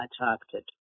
attracted